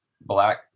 black